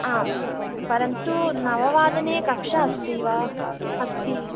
आम् परन्तु नववादने कक्षा अस्ति वा अस्ति